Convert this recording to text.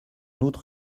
outre